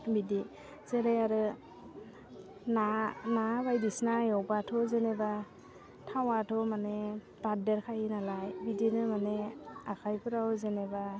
बिदि जेरै आरो ना ना बायदिसिना एवबाथ' जेनेबा थावाथ' माने बारदेर खायो नालाय बिदिनो माने आखाइफोराव जेनेबा